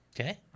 Okay